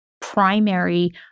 primary